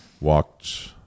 Walked